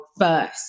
first